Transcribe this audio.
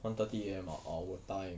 one thirty A_M hor our time